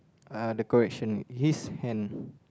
uh the correction his hand